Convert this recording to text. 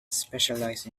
specialized